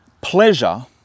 pleasure